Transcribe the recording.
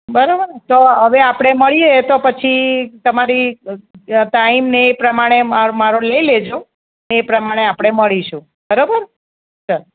બરાબર તો હવે આપણે મળીએ તો પછી તમારી ટાઈમ ને એ પ્રમાણે માર મારો લઈ લેજો અને એ પ્રમાણે આપણે મળીશું બરાબર ચાલો